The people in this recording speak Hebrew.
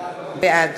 בעד